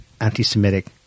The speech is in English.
anti-Semitic